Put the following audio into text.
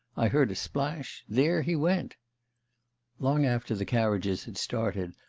i heard a splash there he went long after the carriages had started,